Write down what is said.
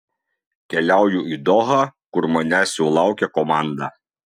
keliauju į dohą kur manęs jau laukia komanda